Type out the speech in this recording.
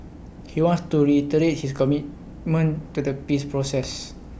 he wants to reiterate his commitment to the peace process